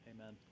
Amen